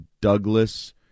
Douglas